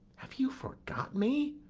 have you forgot me?